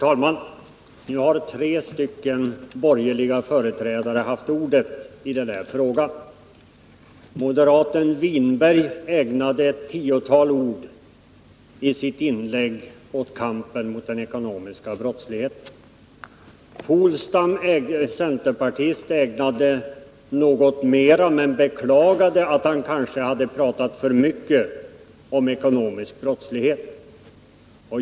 Herr talman! Nu har tre borgerliga företrädare haft ordet i denna fråga. Moderaten Håkan Winberg ägnade ett tiotal ord i sitt inlägg åt kampen mot den ekonomiska brottsligheten. Centerpartisten Åke Polstam ägnade litet mer tid åt detta ämne men beklagade att han kanske hade pratat för mycket om ekonomisk brottslighet.